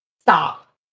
stop